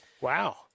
Wow